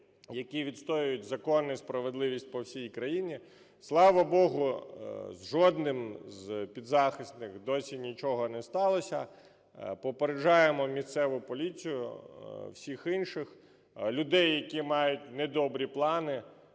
які відстоюють закон і справедливість по всій країні. Слава Богу, з жодним з підзахисних досі нічого не сталося. Попереджаємо місцеву поліцію, всіх інших людей, які мають недобрі плани,